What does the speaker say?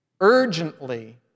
urgently